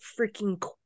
freaking